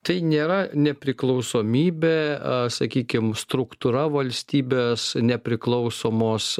tai nėra nepriklausomybė sakykim struktūra valstybės nepriklausomos